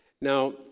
Now